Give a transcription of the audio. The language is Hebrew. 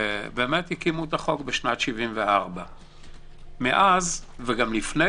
הקימו את החוק בשנת 74'. מאז וגם לפני